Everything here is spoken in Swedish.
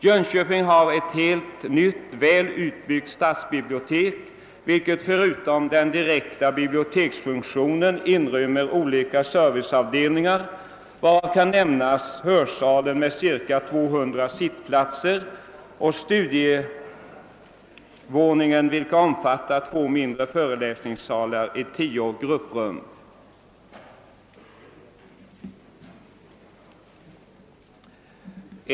Jönköping har ett helt nytt, väl utbyggt stadsbibliotek, vilket förutom den direkta biblioteksfunktionen inrymmer olika serviceavdelningar, varav kan nämnas hörsalen med cirka 200 sittplatser och studievåningen, vilken omfattar två mindre föreläsningssalar och tio grupprum.